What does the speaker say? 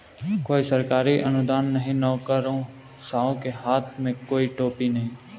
कोई सरकारी अनुदान नहीं, नौकरशाहों के हाथ में कोई टोपी नहीं